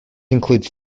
includes